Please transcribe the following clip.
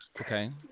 Okay